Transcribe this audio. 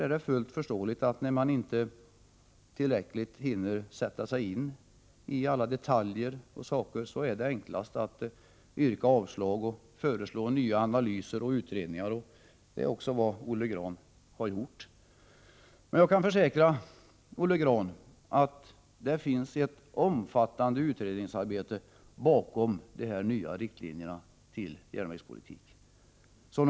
När man inte hinner tillräckligt sätta sig in i alla detaljer är det enklast att yrka avslag och föreslå nya analyser och utredningar. Det är fullt förståeligt att man gör så, och det är vad Olle Grahn har gjort. Men jag kan försäkra Olle Grahn att det finns ett omfattande utredningsarbete bakom de nya riktlinjerna för järnvägspolitiken.